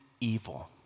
evil